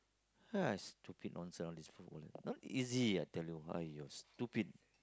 ya stupid nonsense all these footballer not easy I tell you !aiyo! stupid